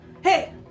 hey